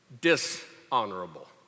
dishonorable